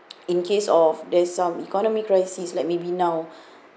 in case of there's some economy crisis like maybe now